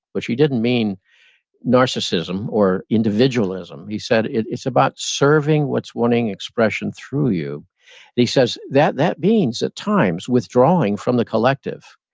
which he didn't mean narcissism or individualism, he said, it's about serving what's wanting expression through you, and he says, that that means at times withdrawing from the collective,